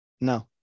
no